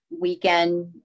weekend